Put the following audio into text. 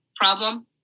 problem